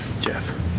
Jeff